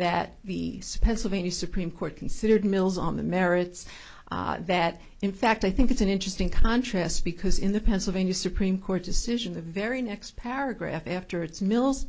that the pennsylvania supreme court considered mils on the merits that in fact i think it's an interesting contrast because in the pennsylvania supreme court decision the very next paragraph after its mills